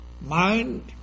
Mind